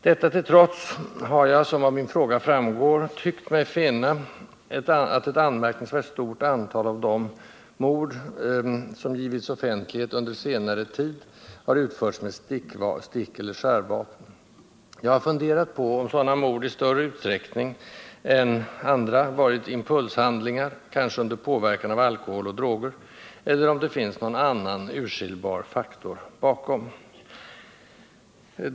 Detta till trots har jag, som framgår av min fråga, tyckt mig finna att ett anmärkningsvärt stort antal av de mord som det under senare tid har givits offentlighet åt har utförts med stickoch skärvapen. Jag har funderat på om sådana mord i större utsträckning än andra varit impulshandlingar, kanske under påverkan av alkohol eller droger, eller om det finns någon annan urskiljbar faktor bakom.